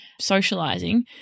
socializing